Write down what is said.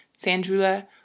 Sandrula